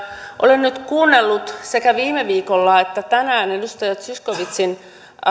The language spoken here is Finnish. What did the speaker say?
olen kuunnellut sekä viime viikolla että tänään edustaja zyskowiczin